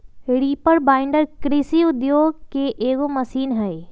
reaper binder कृषि उद्योग के एगो मशीन हई